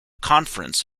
conference